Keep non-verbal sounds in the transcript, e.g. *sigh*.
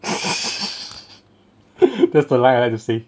*laughs* that's the line I want to say